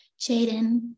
Jaden